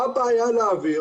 מה הבעיה להעביר